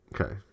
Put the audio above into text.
Okay